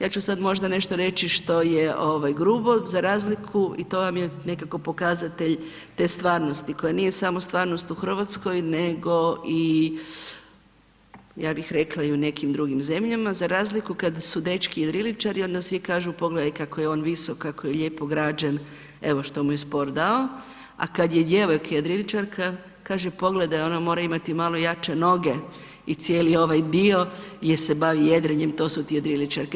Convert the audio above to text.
Ja ću sad možda nešto reći što je grubo za razliku i to vam je nekako pokazatelj te stvarnosti koja nije samo stvarnost u RH, nego i, ja bih rekla, i u nekim drugim zemljama, za razliku kad su dečki jedriličari onda svi kažu pogledaj kako je on visok, kako je lijepo građen, evo što mu je sport dao, a kad je djevojka jedriličarka kaže pogledaj ona mora imati malo jače noge i cijeli ovaj dio jer se bavi jedrenjem, to su ti jedriličarke.